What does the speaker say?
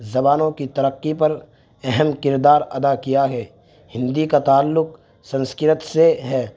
زبانوں کی ترقی پر اہم کردار ادا کیا ہے ہندی کا تعلق سنسکرت سے ہے